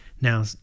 Now